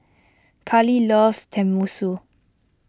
Kali loves Tenmusu